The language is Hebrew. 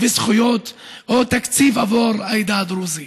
וזכויות או תקציב עבור העדה הדרוזית.